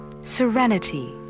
serenity